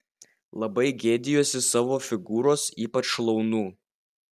labai gėdijuosi savo figūros ypač šlaunų